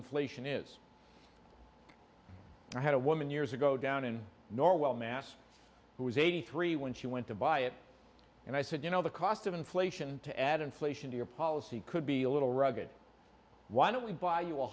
felician is i had a woman years ago down in norwell mass who was eighty three when she went to buy it and i said you know the cost of inflation to add inflation to your policy could be a little rugged why don't we buy you a